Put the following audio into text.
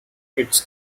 its